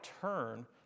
turn